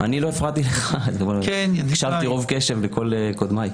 אני לא הפרעתי לך, הקשבתי רוב קשב לכל קודמיי.